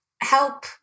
help